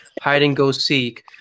hide-and-go-seek